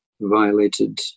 violated